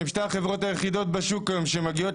שהן שתי החברות היחידות בשוק היום שמגיעות